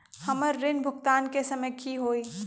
हमर ऋण भुगतान के समय कि होई?